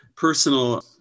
Personal